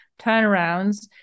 turnarounds